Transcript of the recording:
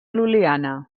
lul·liana